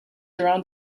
around